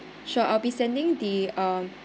sure I'll be sending the uh